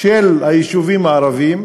של היישובים הערביים,